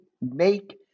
make